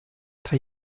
tra